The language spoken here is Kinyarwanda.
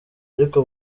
ariko